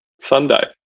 Sunday